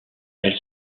elle